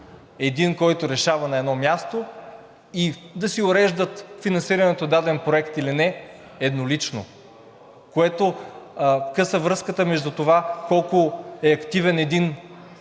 един, който решава на едно място, и да си уреждат финансирането по даден проект или не еднолично, което къса връзката между това колко е активен един кмет,